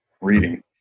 reading